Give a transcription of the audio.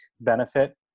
benefit